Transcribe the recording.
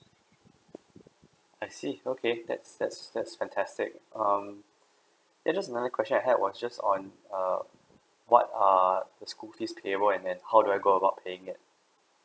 I see okay that's that's that's fantastic um and just another question I have was just on err what are the school fees payable and how do I go about paying it